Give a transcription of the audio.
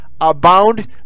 abound